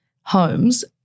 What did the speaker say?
homes